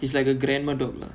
it's like a grammar dog lah